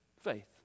Faith